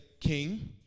king